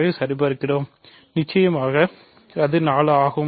யை சரிபார்க்கிறோம் நிச்சயமாக அது 4 ஆகும்